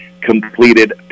completed